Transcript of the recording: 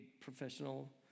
professional